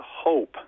hope